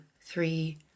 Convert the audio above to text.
three